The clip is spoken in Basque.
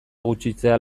gutxitzea